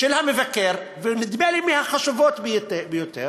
של המבקר, ונדמה לי מהחשובות ביותר,